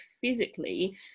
physically